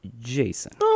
Jason